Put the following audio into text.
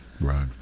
right